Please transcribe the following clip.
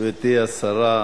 גברתי השרה,